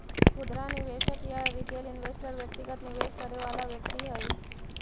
खुदरा निवेशक या रिटेल इन्वेस्टर व्यक्तिगत निवेश करे वाला व्यक्ति हइ